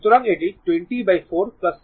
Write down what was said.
সুতরাং এটি 204 6 হবে